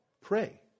Pray